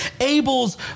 Abel's